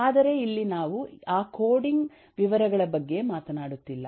ಆದರೆ ಇಲ್ಲಿ ನಾವು ಆ ಕೋಡಿಂಗ್ ವಿವರಗಳ ಬಗ್ಗೆ ಮಾತನಾಡುವುದಿಲ್ಲ